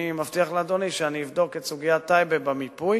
אני מבטיח לאדוני שאני אבדוק את סוגיית טייבה במיפוי,